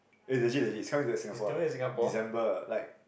eh legit legit he's coming to Singapore like December like